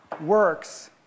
works